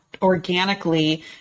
organically